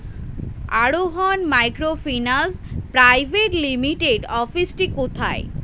আরোহন microfinance private লিমিটেডের অফিসটি কোথায়?